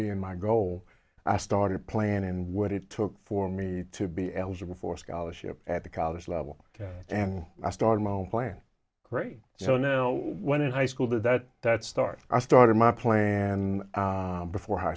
being my goal i started playing and what it took for me to be eligible for scholarship at the college level and i started my own plan great so no one in high school did that that start i started my playing and before high